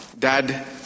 Dad